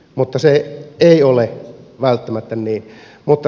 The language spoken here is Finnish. mutta se ei ole välttämättä niin